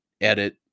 edit